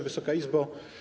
Wysoka Izbo!